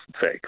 fake